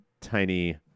tiny